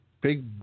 big